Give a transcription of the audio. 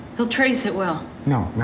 they'll trace it, will. no,